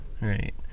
Right